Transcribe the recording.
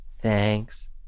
Thanks